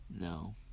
No